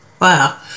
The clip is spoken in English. Wow